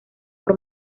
por